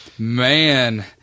Man